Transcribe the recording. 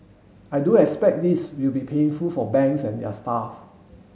I do expect this will be painful for banks and their staff